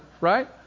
right